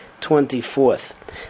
twenty-fourth